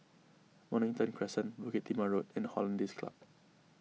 Mornington Crescent Bukit Timah Road and Hollandse Club